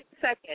second